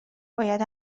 باید